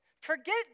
Forget